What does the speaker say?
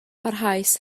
barhaus